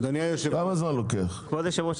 כבוד היושב-ראש,